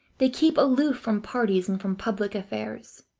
they keep aloof from parties and from public affairs.